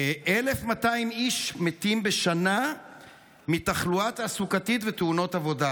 1,200 איש מתים בשנה מתחלואה תעסוקתית ותאונות עבודה.